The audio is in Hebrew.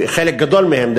חלק גדול מהם,